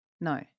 No